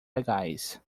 legais